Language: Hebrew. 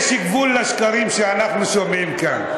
יש גבול לשקרים שאנחנו שומעים כאן.